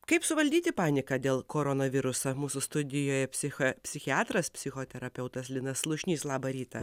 kaip suvaldyti paniką dėl koronaviruso mūsų studijoje psichą psichiatras psichoterapeutas linas slušnys labą rytą